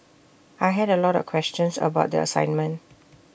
I had A lot of questions about the assignment